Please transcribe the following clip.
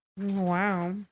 Wow